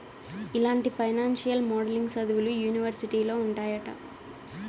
ఇలాంటి financial modeling సదువులు యూనివర్సిటీలో ఉంటాయంట